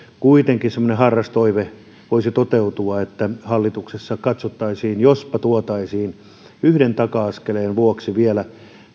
kuitenkin semmoinen harras toive voisi toteutua että hallituksessa katsottaisiin jospa tuotaisiin yksi taka askel vielä